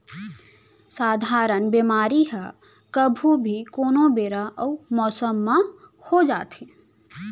सधारन बेमारी ह कभू भी, कोनो बेरा अउ मौसम म हो जाथे